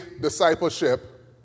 discipleship